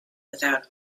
without